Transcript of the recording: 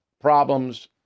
problems